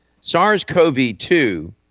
SARS-CoV-2